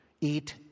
eat